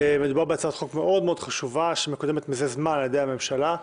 מדובר בהצעת חוק חשובה שמקודמת על ידי הממשלה,